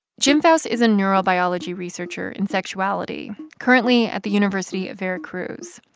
jim pfaus is a neurobiology researcher in sexuality, currently at the university of veracruz.